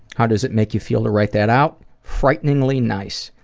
how does it make you feel to write that out? frighteningly nice.